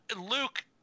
Luke